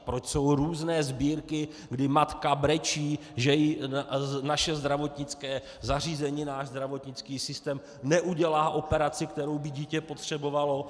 Proč jsou různé sbírky, kdy matka brečí, že jí naše zdravotnické zařízení, náš zdravotnický systém neudělá operaci, kterou by dítě potřebovalo?